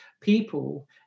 people